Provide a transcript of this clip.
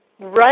run